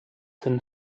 than